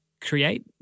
create